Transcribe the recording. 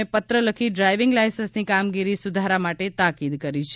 ને પત્ર લખી ડ્રાઇવીંગ લાયસન્સની કામગીરી સુધારા માટે તાકીદ કરી છે